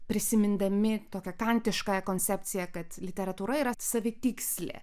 prisimindami tokia kantiškąja koncepcija kad literatūra yra savitikslė